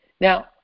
Now